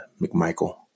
McMichael